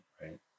right